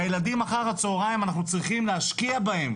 הילדים אחר הצהריים אנחנו צריכים להשקיע בהם.